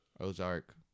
Ozark